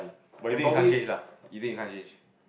but you think you can't change lah you think you can't change